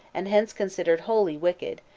and hence considered wholly wicked,